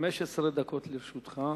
15 דקות לרשותך.